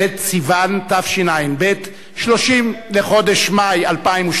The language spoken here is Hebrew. ט' בסיוון התשע"ב (30 במאי 2012)